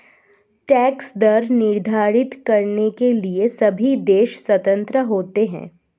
tax दर निर्धारित करने के लिए सभी देश स्वतंत्र होते है